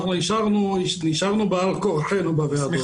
נשארנו בעל כורחנו בוועדות.